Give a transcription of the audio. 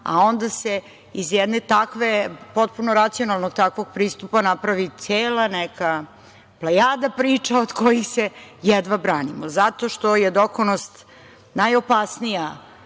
a onda se iz jedne takve, potpuno racionalnog takvog pristupa, napravi cela neka plejada priča od kojih se jedva branimo, zato što je dokonost najopasnija,